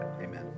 amen